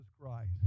Christ